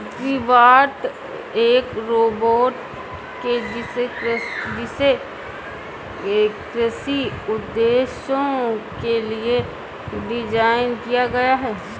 agribot एक robot है जिसे कृषि उद्देश्यों के लिए डिज़ाइन किया गया है